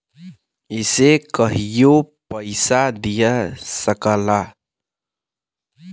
इसे कहियों पइसा दिया सकला